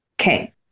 Okay